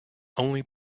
only